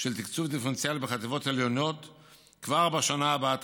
של תקצוב דיפרנציאלי בחטיבה העליונה כבר בשנה הבאה,